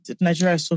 Nigeria